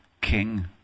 king